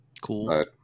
Cool